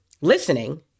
listening